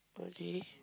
okay